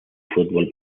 futbol